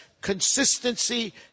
Consistency